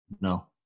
No